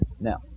Now